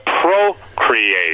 procreate